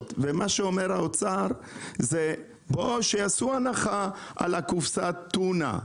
ומה שאומר האוצר זה שיעשו הנחה על קופסת הטונה,